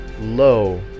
low